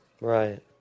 Right